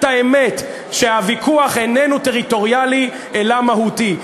האמת שהוויכוח איננו טריטוריאלי אלא מהותי.